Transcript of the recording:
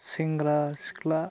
सेंग्रा सिख्ला